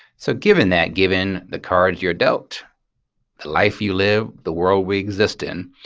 so given that, given the cards you're dealt, the life you live, the world we exist in,